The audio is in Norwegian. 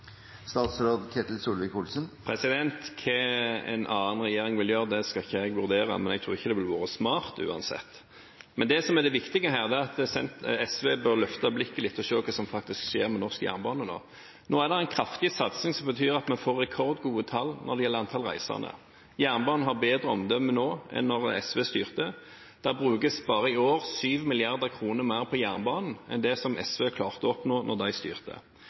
Hva en annen regjering vil gjøre, skal ikke jeg vurdere, men jeg tror ikke det ville være smart, uansett. Men det som er det viktige her, er at SV bør løfte blikket litt og se på det som faktisk skjer med norsk jernbane nå. Nå er det en kraftig satsing, som betyr at vi får rekordgode tall når det gjelder antall reisende. Jernbanen har bedre omdømme nå enn da SV styrte. Det brukes bare i år 7 mrd. kr mer på jernbanen enn det som SV klarte å oppnå da de styrte.